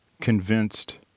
convinced